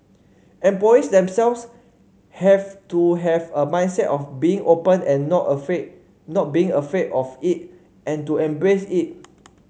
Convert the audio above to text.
employees themselves have to have a mindset of being open and not afraid not being afraid of it and to embrace it